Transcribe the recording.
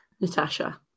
natasha